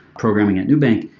programming at nubank,